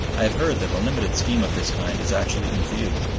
i have heard that a limited scheme of this kind is actually in view.